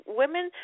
women